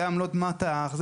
זה עמלות מט"ח.